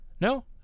No